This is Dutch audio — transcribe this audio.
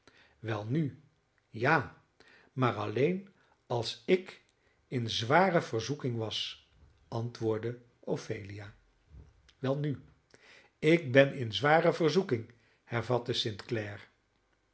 welnu ja maar alleen als ik in zware verzoeking was antwoordde ophelia welnu ik ben in zware verzoeking hervatte st